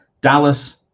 Dallas